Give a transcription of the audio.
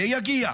זה יגיע,